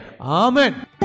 Amen